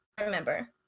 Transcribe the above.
remember